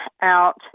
out